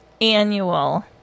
annual